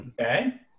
Okay